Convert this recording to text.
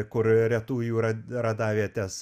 kur retųjų rad radavietes